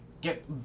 get